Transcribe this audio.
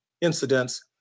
incidents